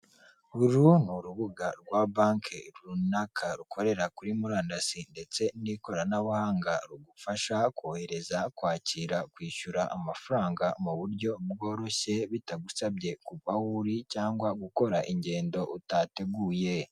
Uru n’urubuga rwa banki runaka rukorera kuri murandasi, ndetse n'ikoranabuhanga. Rugufasha kohereza, kwakira, kwishyura amafaranga mu buryo bworoshye, bitagusabye kuva ah’uri cyangwa gukora ingendo utateguye.